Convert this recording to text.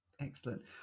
Excellent